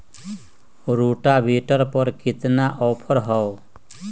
Rotavator पर केतना offer हव?